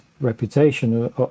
reputation